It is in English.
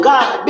God